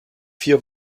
vier